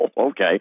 Okay